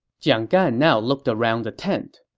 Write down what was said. jiang gan now looked around the tent.